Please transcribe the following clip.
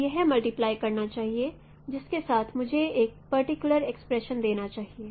तो यह मल्टीप्लाई करना चाहिए जिसके साथ मुझे यह पर्टिकुलर एक्सप्रेशन देना चाहिए